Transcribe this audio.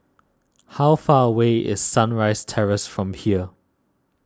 how far away is Sunrise Terrace from here